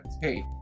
hey